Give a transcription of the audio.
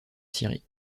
syrie